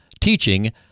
teaching